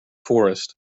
forest